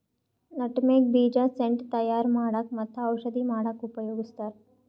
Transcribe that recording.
nutmeg ಬೀಜ scent ತಯಾರ್ ಮಾಡಕ್ಕ್ ಮತ್ತ್ ಔಷಧಿ ಮಾಡಕ್ಕಾ ಉಪಯೋಗಸ್ತಾರ್